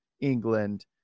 England